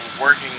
working